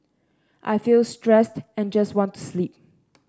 I feel stressed and just want to sleep